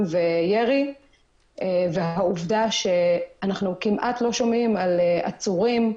וירי והעובדה שאנחנו כמעט לא שומעים על עצורים,